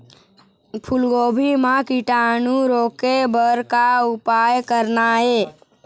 फूलगोभी म कीटाणु रोके बर का उपाय करना ये?